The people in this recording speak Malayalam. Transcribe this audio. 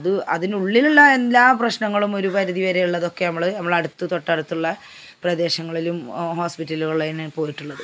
അത് അതിന് ഉള്ളിലുള്ള എല്ലാ പ്രശ്നങ്ങളും ഒരു പരിധി വരെയുള്ളതൊക്കെ നമ്മൾ നമ്മളെ അടുത്ത് തൊട്ട് അടുത്തുള്ള പ്രദേശങ്ങളിലും ഹോസ്പിറ്റലുകളിൽ തന്നെ പോയിട്ടുള്ളത്